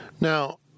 Now